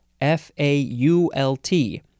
f-a-u-l-t